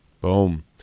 Boom